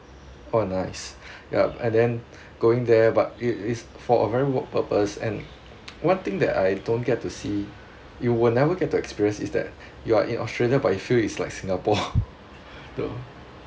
oh nice ya and then going there but it is for a very work purpose and one thing that I don't get to see you will never get to experience is that you are in australia but you feel it's like singapore